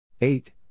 Eight